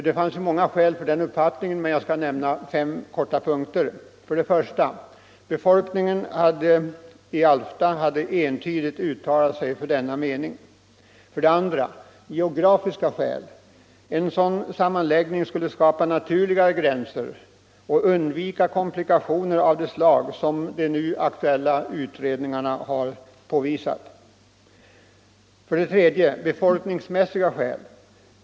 Det fanns många skäl för den uppfattningen, men jag skall här helt kortfattat nämna fem punkter. 2. Geografiska skäl. En sådan sammanläggning skulle skapa naturligare gränser, och därigenom skulle man undvika komplikationer av det slag som de nu aktuella utredningarna har påvisat. 3. Befolkningsmässiga skäl.